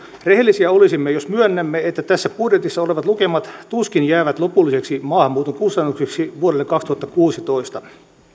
rehellisiä olisimme jos myöntäisimme että tässä budjetissa olevat lukemat tuskin jäävät lopullisiksi maahanmuuton kustannuksiksi vuodelle kaksituhattakuusitoista